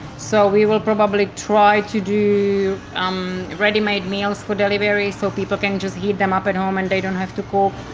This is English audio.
so we will probably try to do um ready made meals for delivery so people can just heat them up at home and they don't have to cook.